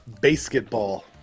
Basketball